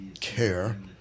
care